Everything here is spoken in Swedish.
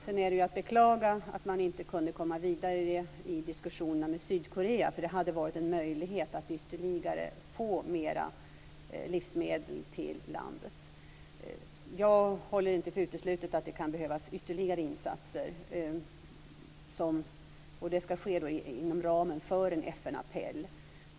Sedan är det att beklaga att de inte kunde komma vidare i diskussionerna med Sydkorea, därför att det hade varit ytterligare en möjlighet att få mera livsmedel till landet. Jag håller det inte för uteslutet att det kan behövas ytterligare insatser, och det skall då ske inom ramen för en FN-appell.